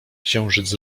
księżyc